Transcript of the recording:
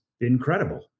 incredible